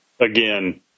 Again